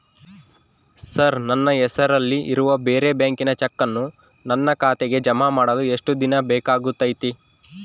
Sir ನನ್ನ ಹೆಸರಲ್ಲಿ ಇರುವ ಬೇರೆ ಬ್ಯಾಂಕಿನ ಚೆಕ್ಕನ್ನು ನನ್ನ ಖಾತೆಗೆ ಜಮಾ ಮಾಡಲು ಎಷ್ಟು ದಿನ ಬೇಕಾಗುತೈತಿ?